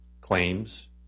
claims